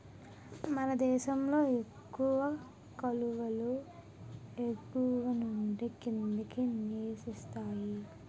మనదేశంలో ఎక్కువ కాలువలు ఎగువనుండి కిందకి నీరిస్తాయి